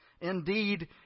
Indeed